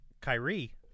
Kyrie